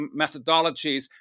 methodologies